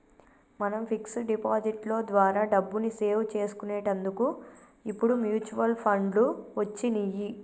మనం fix deposit లో ద్వారా డబ్బుని సేవ్ చేసుకునేటందుకు ఇప్పుడు మ్యూచువల్ ఫండ్లు వచ్చినియ్యి